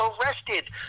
arrested